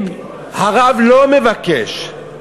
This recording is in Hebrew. אם הרב לא מבקש,